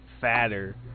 fatter